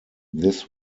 this